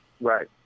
Right